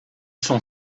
sont